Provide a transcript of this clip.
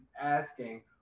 asking